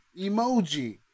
emoji